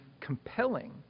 compelling